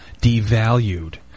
devalued